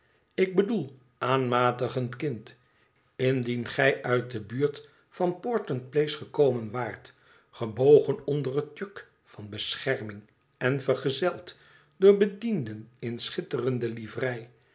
ik bedoel aanmatigend kind indien gij uit de buurt van portland place gekomen waart gebogen onder het juk van bescherming en vergezeld door bedienden in schitterende livrei